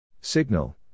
Signal